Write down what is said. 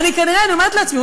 אני אומרת לעצמי,